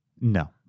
No